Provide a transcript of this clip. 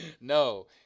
No